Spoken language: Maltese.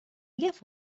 jaf